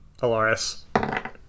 Alaris